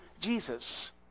Jesus